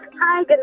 Hi